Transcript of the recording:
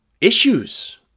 issues